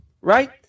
Right